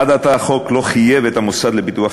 עד עתה החוק לא חייב את המוסד לביטוח